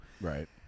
Right